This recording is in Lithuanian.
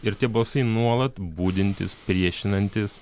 ir tie balsai nuolat budintys priešinantys